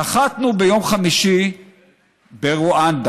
נחתנו ביום חמישי ברואנדה,